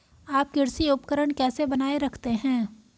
आप कृषि उपकरण कैसे बनाए रखते हैं?